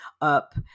up